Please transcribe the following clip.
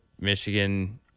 Michigan –